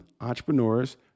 entrepreneurs